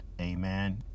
amen